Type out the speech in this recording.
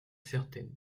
certaine